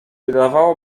wydawało